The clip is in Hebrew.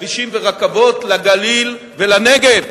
כבישים ורכבות לגליל ולנגב.